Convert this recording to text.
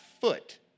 foot